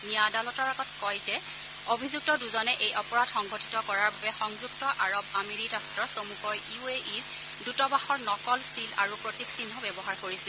নিয়া আদালতৰ আগত কয় যে অভিযুক্ত দজনে এই অপৰাধ সংঘটিত কৰাৰ বাবে সংযুক্ত আৰব আমীৰী ৰাষ্ট চমুকৈ ইউএইৰ দৃতবাসৰ নকল ছীল আৰু প্ৰতীকচিহ্ ব্যৱহাৰ কৰিছিল